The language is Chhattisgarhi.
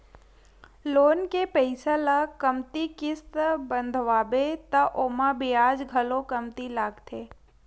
लोन के पइसा ल कमती किस्त बंधवाबे त ओमा बियाज घलो कमती लागथे